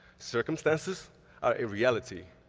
circumstances are a reality,